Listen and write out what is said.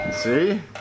See